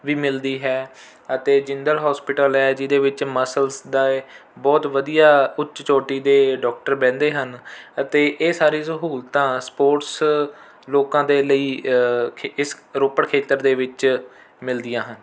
ਵੀ ਮਿਲਦੀ ਹੈ ਅਤੇ ਜ਼ਿੰਦਲ ਹੌਸਪੀਟਲ ਹੈ ਜਿਹਦੇ ਵਿੱਚ ਮਸਲਜ਼ ਦਾ ਬਹੁਤ ਵਧੀਆ ਉੱਚ ਚੋਟੀ ਦੇ ਡਾਕਟਰ ਬਹਿੰਦੇ ਹਨ ਅਤੇ ਇਹ ਸਾਰੀ ਸਹੂਲਤਾਂ ਸਪੋਟਸ ਲੋਕਾਂ ਦੇ ਲਈ ਖ ਇਸ ਰੋਪੜ ਖੇਤਰ ਦੇ ਵਿੱਚ ਮਿਲਦੀਆਂ ਹਨ